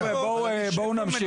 חברים --- חבר'ה, בואו נמשיך.